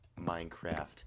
Minecraft